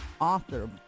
author